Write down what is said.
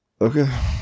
Okay